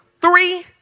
Three